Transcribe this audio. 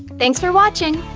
thanks for watching!